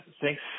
thanks